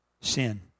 sin